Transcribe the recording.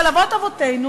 של אבות אבותינו